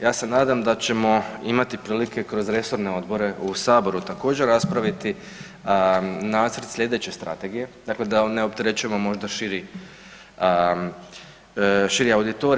Ja se nadam da ćemo imati prilike kroz resorne odbore u Saboru također raspraviti Nacrt sljedeće strategije, dakle da ne opterećujemo možda širi auditorij.